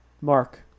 Mark